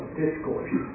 discourse